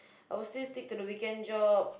I will still stick to the weekend job